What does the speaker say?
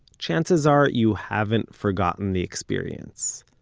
chances are you haven't forgotten the experience.